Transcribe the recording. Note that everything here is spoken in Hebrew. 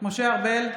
משה ארבל,